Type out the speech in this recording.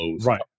Right